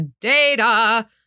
Data